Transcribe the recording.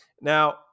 Now